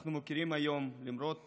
אנחנו מוקירים היום, למרות